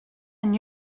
and